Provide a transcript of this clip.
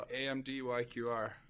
AMDYQR